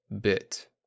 Bit